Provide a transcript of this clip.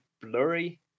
blurry